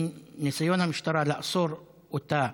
ניסיון המשטרה לאסור אותה,